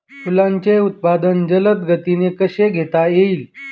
फुलांचे उत्पादन जलद गतीने कसे घेता येईल?